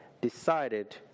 decided